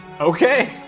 Okay